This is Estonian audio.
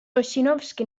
ossinovski